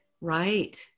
right